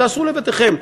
תעשו לבתיכם,